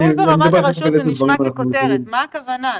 "ניהול ברמת הרשות" זה נשמע ככותרת מה הכוונה?